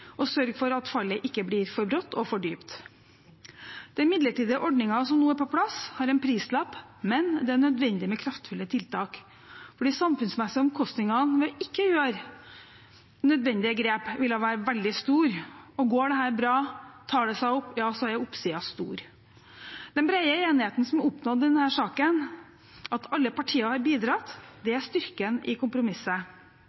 sørge for at fallet ikke blir for brått og for dypt. Den midlertidige ordningen som nå er på plass, har en prislapp, men det er nødvendig med kraftfulle tiltak, fordi de samfunnsmessige omkostningene ved ikke å gjøre nødvendige grep, ville være veldig store. Om dette går bra, om det tar seg opp, da er oppsiden stor. Den brede enigheten som er oppnådd i denne saken, at alle partiene har bidratt, er styrken i kompromisset. Det